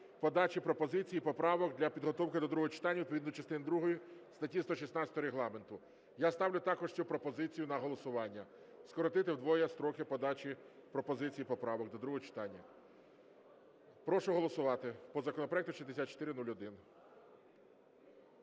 подачі пропозицій і поправок для підготовки до другого читання відповідно до частини другої статті 116 Регламенту. Я ставлю також цю пропозицію на голосування, скоротити вдвоє строки подачі пропозицій і поправок до другого читання. Прошу голосувати по законопроекту 6401.